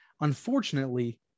Unfortunately